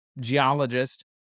geologist